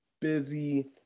busy